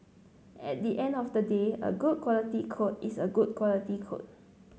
at the end of the day a good quality code is a good quality code